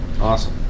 Awesome